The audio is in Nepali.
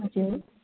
हजुर